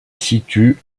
situe